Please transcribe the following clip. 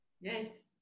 Yes